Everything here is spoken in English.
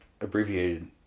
abbreviated